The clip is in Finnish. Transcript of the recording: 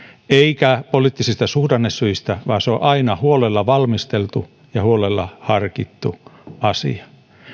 eikä poliittisista suhdannesyistä vaan se on aina huolella valmisteltu ja huolella harkittu asia